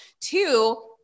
two